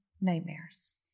nightmares